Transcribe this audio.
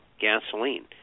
gasoline